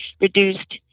reduced